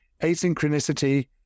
asynchronicity